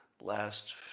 last